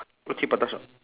roti prata shop